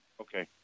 Okay